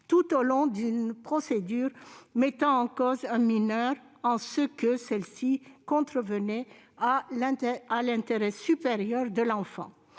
tout au long d'une procédure mettant en cause un mineur, car celle-ci contrevient à l'intérêt supérieur de l'enfant.